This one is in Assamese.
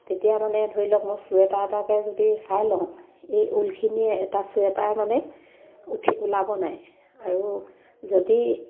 তেতিয়া মানে ধৰি লওক মই চুৱেটাৰ এটাকে যদি চাই লওঁ এই ঊলখিনিয়ে এটা চুৱেটাৰ মানে উঠি ওলাব নাই আৰু যদি